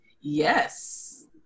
Yes